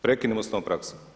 Prekinimo s tom praksom.